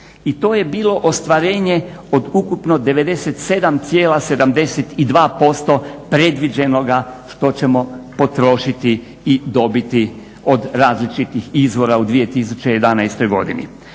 I to je bilo ostvarenje od ukupno 97,72% predviđenoga što ćemo potrošiti i dobiti od različitih izvora u 2011. godini.